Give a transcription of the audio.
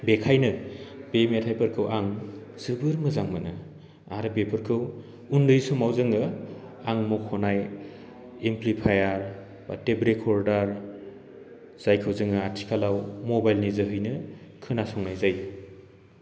बेखायनो बे मेथायफोरखौ आं जोबोद मोजां मोनो आर बेफोरखौ उन्दै समाव जोङो आं मख'नाय इमप्लिफाइयार बा टेप रेकर्डार जायखौ जोङो आथिखालाव मबाइलनि जोहैनो खोनासंनाय जायो